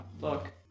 look